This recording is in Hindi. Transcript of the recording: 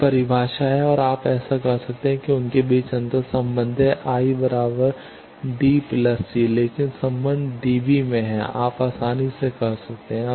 यह परिभाषा है और आप ऐसा कर सकते हैं कि उनके बीच अंतर्संबंध है I D C लेकिन संबंध डीबी में है आप आसानी से कर सकते हैं